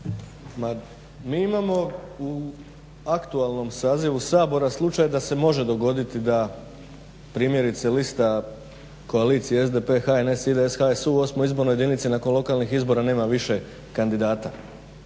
Mi imamo u aktualnom sazivu Sabora slučaj da se može dogoditi da primjerice lista koalicije SDP, HNS, IDS, HSU u osmoj izbornoj jedinici nakon lokalnih izbora nema više kandidata.